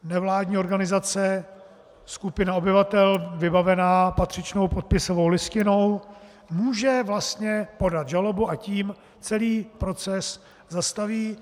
Nevládní organizace, skupina obyvatel vybavená patřičnou podpisovou listinou může podat žalobu, a tím celý proces zastaví.